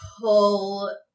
pull